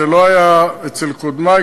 זה לא היה אצל קודמי,